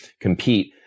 compete